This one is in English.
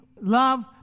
love